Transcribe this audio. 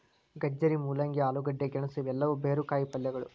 ಗಜ್ಜರಿ, ಮೂಲಂಗಿ, ಆಲೂಗಡ್ಡೆ, ಗೆಣಸು ಇವೆಲ್ಲವೂ ಬೇರು ಕಾಯಿಪಲ್ಯಗಳು